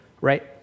right